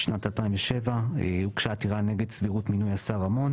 בשנת 2007 הוגשה עתירה נגד סבירות מינוי השר רמון